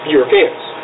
Europeans